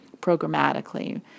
programmatically